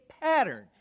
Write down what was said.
pattern